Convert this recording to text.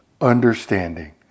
understanding